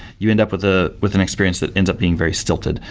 you end up with ah with an experience that ends up being very stilted.